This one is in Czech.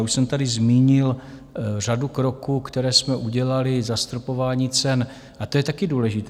Já už jsem tady zmínil řadu kroků, které jsme udělali, zastropování cen a to je taky důležité.